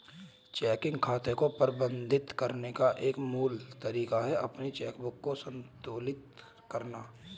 checking खाते को प्रबंधित करने का एक मूल तरीका है अपनी चेकबुक को संतुलित करना